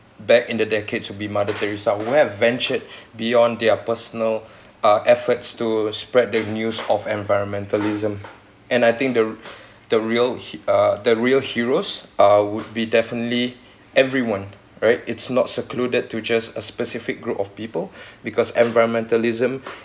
back in the decades to be mother teresa who have ventured beyond their personal uh efforts to spread the news of environmentalism and I think the the real he~ uh the real heroes uh would be definitely everyone right it's not secluded to just a specific group of people because environmentalism